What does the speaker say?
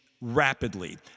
rapidly